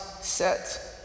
set